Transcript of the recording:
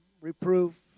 reproof